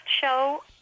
show